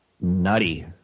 nutty